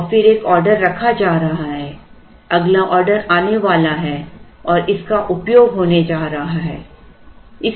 और फिर एक ऑर्डर रखा जा रहा है अगला ऑर्डर आने वाला है और इसका उपयोग होने जा रहा है